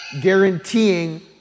guaranteeing